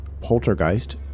Poltergeist